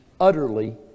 utterly